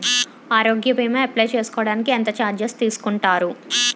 ఆరోగ్య భీమా అప్లయ్ చేసుకోడానికి ఎంత చార్జెస్ తీసుకుంటారు?